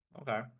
Okay